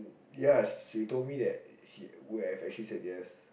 ya she told me that she would've actually said yes